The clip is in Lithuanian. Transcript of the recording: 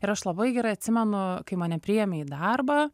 ir aš labai gerai atsimenu kai mane priėmė į darbą